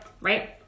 right